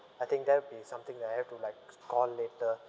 I think that will be something that I have to like call later